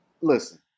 Listen